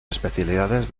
especialidades